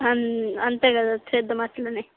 అంతే కదా చేద్దం అట్లనే